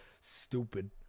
Stupid